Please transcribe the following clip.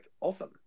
awesome